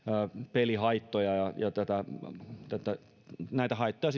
pelihaittoja siis näitä haittoja